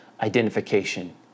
identification